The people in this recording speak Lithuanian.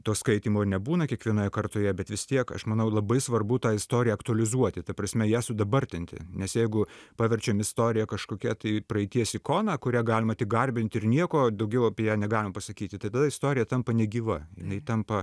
to skaitymo nebūna kiekvienoje kartoje bet vis tiek aš manau labai svarbu tą istoriją aktualizuoti ta prasme ją sudabartinti nes jeigu paverčiam istoriją kažkokia tai praeities ikona kurią galima tik garbinti ir nieko daugiau apie ją negalim pasakyti tada istorija tampa negyva jinai tampa